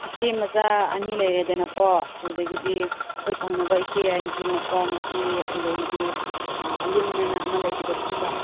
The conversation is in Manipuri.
ꯏꯆꯦ ꯃꯆꯥ ꯑꯅꯤ ꯂꯩꯔꯦꯗꯅꯀꯣ ꯑꯗꯨꯗꯒꯤꯗꯤ ꯑꯩꯈꯣꯏ ꯊꯪꯅꯕ ꯏꯆꯦ ꯌꯥꯏꯒꯤ ꯃꯆꯥ ꯅꯨꯄꯤ ꯑꯗꯨꯗꯒꯤꯗꯤ ꯑꯂꯤꯟ ꯑꯅ ꯑꯃ ꯂꯩꯕꯗꯨ ꯈꯪꯕ꯭ꯔꯥ